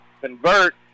convert